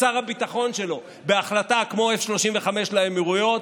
שר הביטחון שלו בהחלטה כמוF-35 לאמירויות,